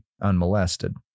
unmolested